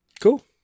Cool